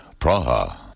Praha